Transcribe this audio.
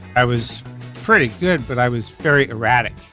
i was pretty good but i was very erratic.